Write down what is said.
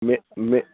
मे मे